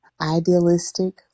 idealistic